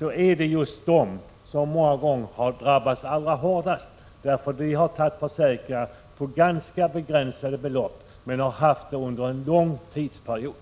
är det just dessa människor som många gånger har drabbats allra hårdast. De har nämligen tecknat försäkringar på ganska begränsade belopp, men de har haft försäkringarna under en lång tidsperiod.